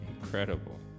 incredible